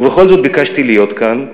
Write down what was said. ובכל זאת ביקשתי להיות כאן,